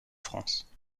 france